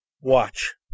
Watch